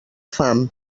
fam